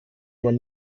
man